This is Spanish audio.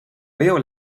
veo